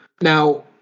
Now